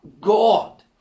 God